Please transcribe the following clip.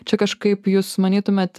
čia kažkaip jūs manytumėt